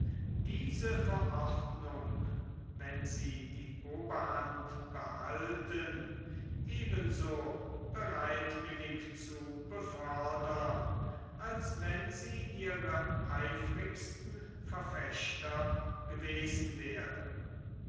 diese verordnung wenn sie die oberhand behalten eben so bereitwillig zu befördern als wenn sie ihre eifrigsten verfechter gewesen wären